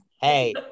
Hey